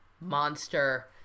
monster